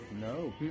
No